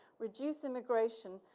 reduce immigration,